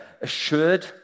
assured